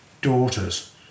daughters